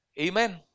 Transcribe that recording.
Amen